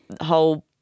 whole